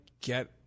get